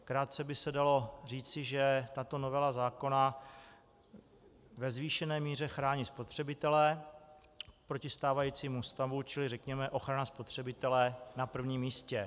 Krátce by se dalo říci, že tato novela zákona ve zvýšené míře chrání spotřebitele proti stávajícímu stavu, čili řekněme ochrana spotřebitele na prvním místě.